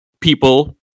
people